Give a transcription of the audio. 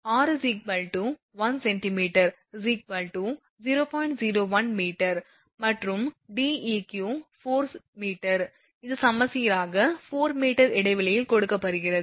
01 m மற்றும் Deq 4 m இது சமச்சீராக 4 m இடைவெளியில் கொடுக்கப்படுகிறது